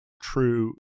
true